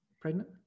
Pregnant